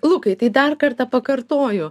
lukai tai dar kartą pakartoju